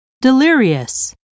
delirious